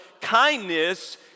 kindness